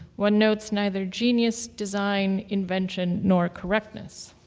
one notes neither genius, design, invention, nor correctness.